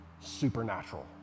supernatural